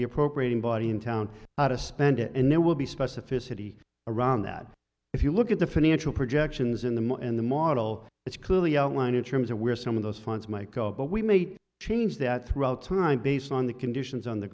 the appropriate embody in town how to spend it and there will be specificity around that if you look at the financial projections in the mud and the model that's clearly outlined in terms of where some of those funds might go but we made a change that throughout time based on the conditions on the